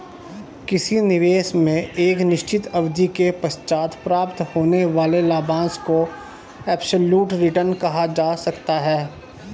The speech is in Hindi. किसी निवेश में एक निश्चित अवधि के पश्चात प्राप्त होने वाले लाभांश को एब्सलूट रिटर्न कहा जा सकता है